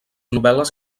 novel·les